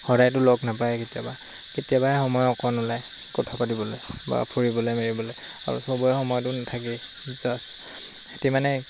সদায়টো লগ নাপায় কেতিয়াবা কেতিয়াবাই সময় অকণ ওলায় কথা পাতিবলৈ বা ফুৰিবলৈ মেৰিবলৈ আৰু চবৰে সময়টো নাথাকেই জাষ্ট সিহঁতে মানে